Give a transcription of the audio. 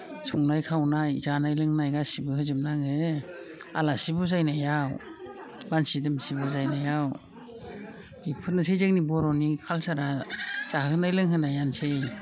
संनाय खावनाय जानाय लोंनाय गासैबो होजोबनाङो आलासि बुजायनायाव मानसि दुमसि बुजायनायाव इफोरनोसै जोंनि बर'नि कालचारा जाहोनाय लोंहोनायानोसै